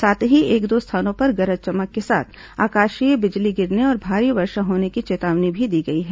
साथ ही एक दो स्थानों पर गरज चमक के साथ आकाशीय बिजली गिरने और भारी वर्षा होने की चेतावनी भी दी गई है